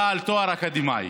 בעל תואר אקדמי.